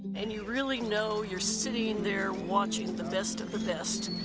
and you really know you're sitting there watching the best of the best